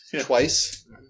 twice